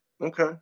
Okay